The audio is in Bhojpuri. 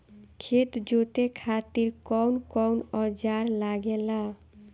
खेत जोते खातीर कउन कउन औजार लागेला?